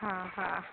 हा हा